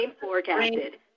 forecasted